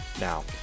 now